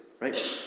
right